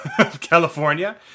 California